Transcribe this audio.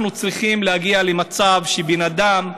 אנחנו צריכים להגיע למצב שבן אדם,